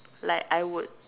like I would